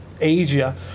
Asia